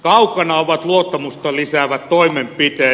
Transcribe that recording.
kaukana ovat luottamusta lisäävät toimenpiteet